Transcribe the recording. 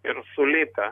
ir sulipę